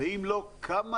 ואם לא כמה